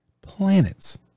Planets